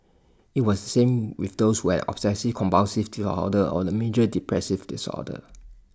IT was the same with those who had obsessive compulsive order or A major depressive disorder